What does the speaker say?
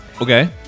Okay